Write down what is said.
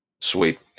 Sweet